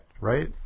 Right